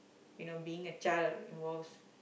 you know being a child involves